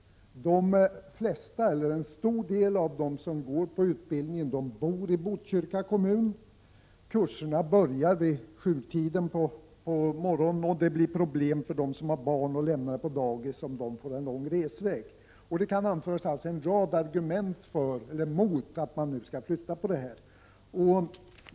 Många av dem som utbildas där bor i Botkyrka kommun. Kurserna börjar vid sjutiden på morgonen. Därför blir det problem för dem som har att lämna barn på dagis, om resvägen blir lång. En rad argument kan alltså anföras mot en flyttning av verksamheten.